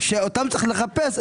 שאותם צריך לחפש,